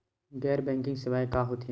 गैर बैंकिंग सेवाएं का होथे?